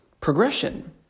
progression